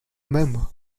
member